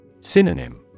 Synonym